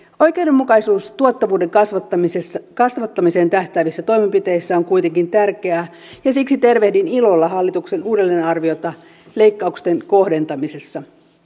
oikeudenmukaisuus tuottavuuden kasvattamiseen tähtäävissä toimenpiteissä on kuitenkin tärkeää ja siksi tervehdin ilolla hallituksen uudelleenarviota leikkausten kohdentamisessa